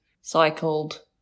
Cycled